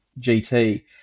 GT